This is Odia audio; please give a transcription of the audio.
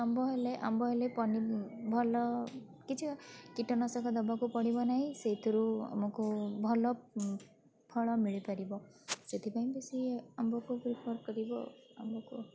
ଆମ୍ବ ହେଲେ ଆମ୍ବ ହେଲେ ଭଲ କିଛି କୀଟନାଶକ ଦେବାକୁ ପଡ଼ିବ ନାହିଁ ସେଇଥିରୁ ଆମକୁ ଭଲ ଫଳ ମିଳିପାରିବ ସେଥିପାଇଁ ବେଶୀ ଆମ୍ବକୁ ପ୍ରିଫର୍ କରିବ ଆମ୍ବକୁ